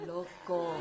Loco